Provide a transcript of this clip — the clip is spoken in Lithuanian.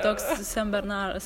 toks senbernaras